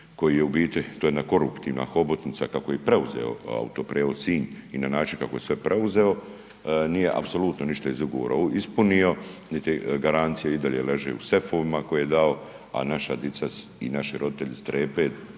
koji je u biti, to je jedna koruptivna hobotnica kako je preuzeo Autoprijevoz Sinj i na način kako je sve preuzeo nije apsolutno ništa iz ugovora ispunio, niti garancija i dalje leži u sefovima koje je dao, a naša dica i naši roditelji strepe,